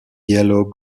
yellow